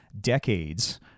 decades